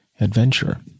adventure